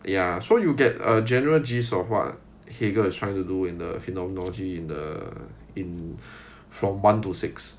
ya so you get a general gist of what heger is trying to do in the phenomenology in the in from one to six